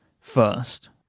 first